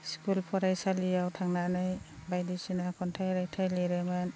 school फरायसालियाव थांनानै बायदिसिना खन्थाइ रायथाय लिरोमोन